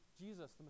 Jesus